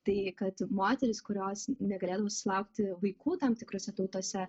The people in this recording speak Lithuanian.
tai kad moterys kurios negalėdavo susilaukti vaikų tam tikrose tautose